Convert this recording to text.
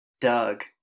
Doug